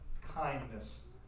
kindness